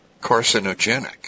carcinogenic